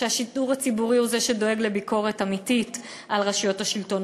שהשידור הציבורי הוא שדואג לביקורת אמיתית על רשויות השלטון,